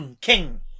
King